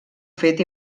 fet